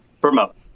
promote